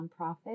nonprofit